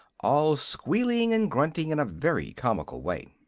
all squealing and grunting in a very comical way.